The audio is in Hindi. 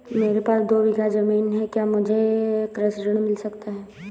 मेरे पास दो बीघा ज़मीन है क्या मुझे कृषि ऋण मिल सकता है?